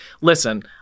listen